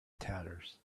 tatters